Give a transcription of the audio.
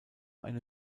eine